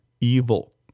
evil